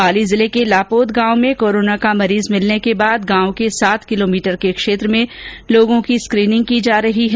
पाली जिले के लापोद गांव में कोरोना का मरीज मिलने के बाद गांव के सात किलोमीटर क्षेत्र में लोगों की स्क्रीनिंग की जा रही है